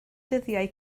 dyddiau